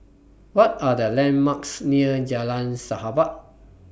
What Are The landmarks near Jalan Sahabat